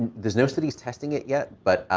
there's no studies testing it yet, but